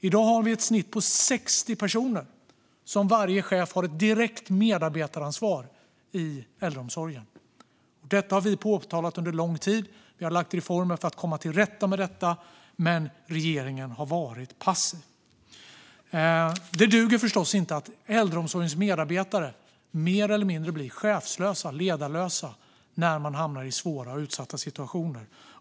I dag har varje chef i äldreomsorgen direkt medarbetaransvar för i snitt 60 personer. Detta har vi påtalat under lång tid och har lagt fram reformer för att komma till rätta med, men regeringen har varit passiv. Det duger förstås inte att äldreomsorgens medarbetare mer eller mindre blir chefslösa, ledarlösa, när de hamnar i svåra och utsatta situationer.